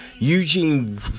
Eugene